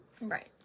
Right